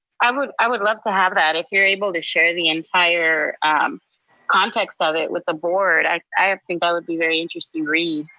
i would i would love to have that if you're able to share the entire context of it with the board, i i think that would be a very interesting read.